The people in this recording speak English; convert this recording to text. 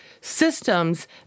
systems